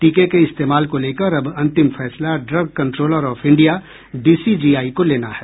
टीके के इस्तेमाल को लेकर अब अंतिम फैसला drug controller of India DCGI को लेना है